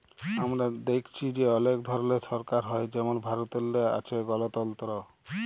আমরা দ্যাইখছি যে অলেক ধরলের সরকার হ্যয় যেমল ভারতেল্লে আছে গলতল্ত্র